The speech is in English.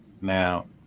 Now